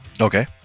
Okay